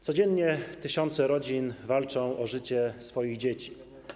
Codziennie tysiące rodzin walczą o życie swoich dzieci.